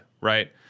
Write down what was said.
right